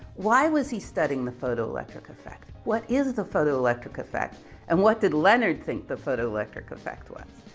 why was he studying the photoelectric effect? what is the photoelectric effect and what did leonard think the photoelectric effect was?